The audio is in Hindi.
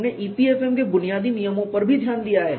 हमने EPFM के बुनियादी नियमों पर भी ध्यान दिया है